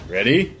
Ready